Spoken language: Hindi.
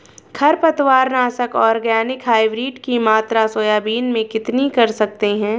खरपतवार नाशक ऑर्गेनिक हाइब्रिड की मात्रा सोयाबीन में कितनी कर सकते हैं?